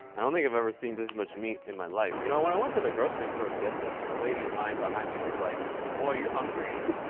i don't think i've ever seen this much meat in my life. you know, when i went to the grocery store to get this, the lady in line behind me was like, boy are you hungry?